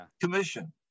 commission